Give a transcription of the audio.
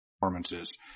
performances